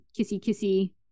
kissy-kissy